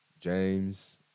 James